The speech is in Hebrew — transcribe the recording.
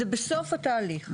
זה בסוף התהליך.